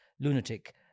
lunatic